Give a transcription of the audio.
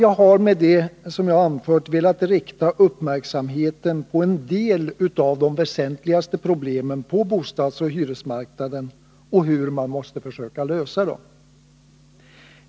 Jag har med vad jag anfört velat rikta uppmärksamhet på en del av de väsentligaste problemen på bostadsoch hyresmarknaden och hur man måste försöka lösa dem.